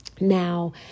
now